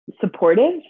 supportive